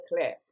clip